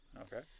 Okay